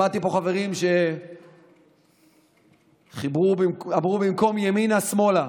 שמעתי פה חברים שאמרו: במקום ימינה, שמאלה.